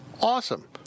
Awesome